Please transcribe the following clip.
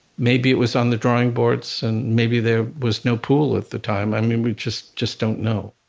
maybe it was on the drawing boards and maybe there was no pool at the time, i mean we just just don't know.